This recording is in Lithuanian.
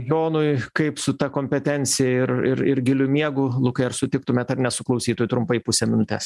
jonui kaip su ta kompetencija ir ir giliu miegu lukai ar sutiktumėt ar ne klausytoju trumpai pusę minutės